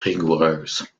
rigoureuses